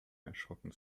erschrocken